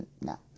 No